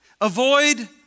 Avoid